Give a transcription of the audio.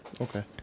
Okay